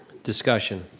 discussion?